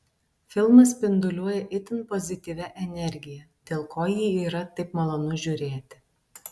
filmas spinduliuoja itin pozityvia energija dėl ko jį yra taip malonu žiūrėti